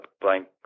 blank